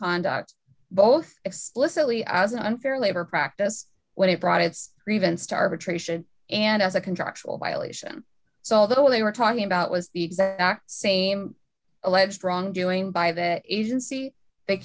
conduct both explicitly as an unfair labor practice when it brought its grievance to arbitration and as a contractual violation so although they were talking about was the exact same alleged wrongdoing by the agency th